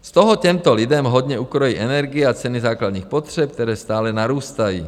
Z toho těmto lidem hodně ukrojí energie a ceny základních potřeb, které stále narůstají.